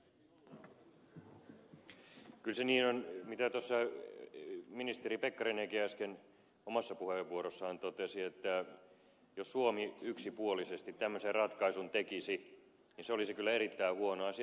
kyllä se niin on mitä tuossa ministeri pekkarinenkin äsken omassa puheenvuorossaan totesi että jos suomi yksipuolisesti tämmöisen ratkaisun tekisi niin se olisi kyllä erittäin huono asia suomelle